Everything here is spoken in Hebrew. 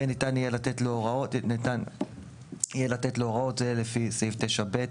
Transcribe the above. וניתן יהיה לתת לו הוראות לפי סעיף 9 ב'